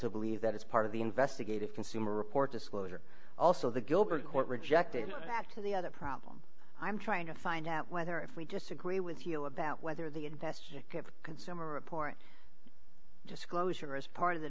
to believe that it's part of the investigative consumer report disclosure also the gillberg court rejected that to the other problem i'm trying to find out whether if we disagree with you about whether the investigative consumer report disclosure as part of the